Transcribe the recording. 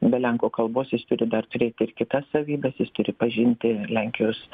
be lenkų kalbos jis turi dar turėti ir kitas savybes jis turi pažinti lenkijos